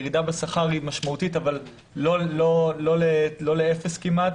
והירידה בשכר היא משמעותית אבל לא אפס כמעט.